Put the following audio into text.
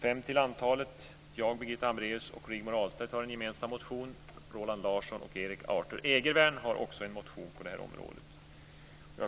Jag, Birgitta Hambraeus och Rigmor Ahlstedt har en gemensam motion. Roland Larsson och Erik Arthur Egervärn har också en motion på detta område.